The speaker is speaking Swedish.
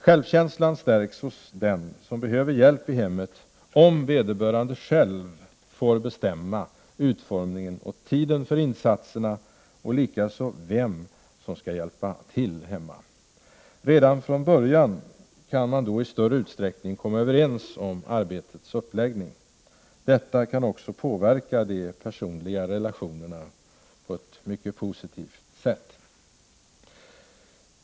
Självkänslan stärks hos den som behöver hjälp i hemmet om vederbörande själv får bestämma utformningen och tiden för insatserna och likaså vem som skall hjälpa till hemma. Redan från början kan man då i större utsträckning komma överens om arbetets uppläggning. Detta kan också påverka de personliga relationerna på ett mycket positivt sätt.